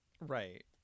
Right